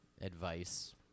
advice